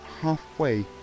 halfway